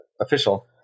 official